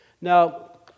Now